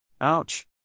Ouch